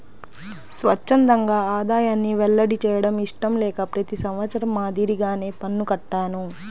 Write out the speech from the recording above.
స్వఛ్చందంగా ఆదాయాన్ని వెల్లడి చేయడం ఇష్టం లేక ప్రతి సంవత్సరం మాదిరిగానే పన్ను కట్టాను